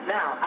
Now